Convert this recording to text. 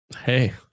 Hey